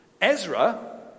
Ezra